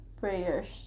prayers